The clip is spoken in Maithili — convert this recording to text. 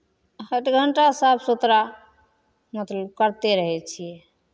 हठ घण्टा साफ सुथरा मतलब करिते रहै छियै